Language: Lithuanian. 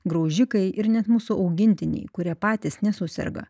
graužikai ir net mūsų augintiniai kurie patys nesuserga